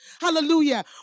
Hallelujah